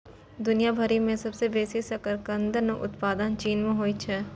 दुनिया भरि मे सबसं बेसी शकरकंदक उत्पादन चीन मे होइ छै